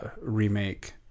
remake